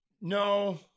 No